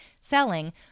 selling